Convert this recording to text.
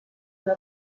una